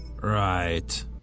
Right